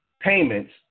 payments